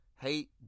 hate